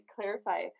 clarify